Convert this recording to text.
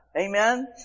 Amen